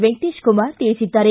ವೆಂಕಟೇಶ ಕುಮಾರ್ ತಿಳಿಸಿದ್ದಾರೆ